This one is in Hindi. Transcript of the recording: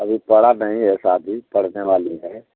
अभी पड़ा नहीं है शादी पड़ने वाली है